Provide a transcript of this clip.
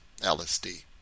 LSD